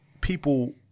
people